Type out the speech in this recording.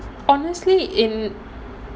honestly in